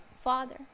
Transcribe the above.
Father